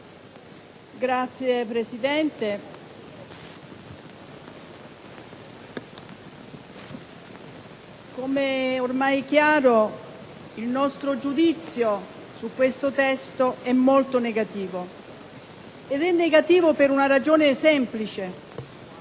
Signora Presidente, come è ormai chiaro, il nostro giudizio su questo testo è molto negativo. Ed è negativo per una ragione semplice: